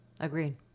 Agreed